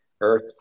earth